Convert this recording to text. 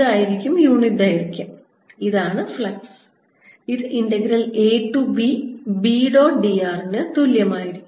ഇതായിരിക്കും യൂണിറ്റ് ദൈർഘ്യം ഇതാണ് ഫ്ലക്സ് ഇത് integral a to b B dot d r ന് തുല്യമായിരിക്കും